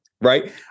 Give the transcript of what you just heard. right